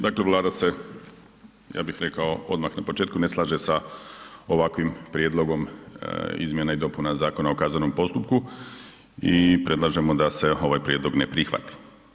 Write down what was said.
Dakle Vlada se, ja bih rekao odmah na početku ne slaže sa ovakvim prijedlogom Izmjena i dopuna Zakona o Kaznenom postupku i predlažemo da se ovaj prijedlog ne prihvati.